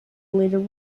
later